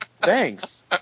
thanks